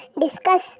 discuss